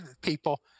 people